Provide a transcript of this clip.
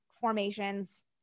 formations